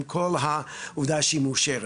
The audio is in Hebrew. עם כל העובדה שהיא מאושרת.